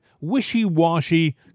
wishy-washy